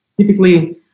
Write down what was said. typically